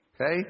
okay